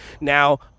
Now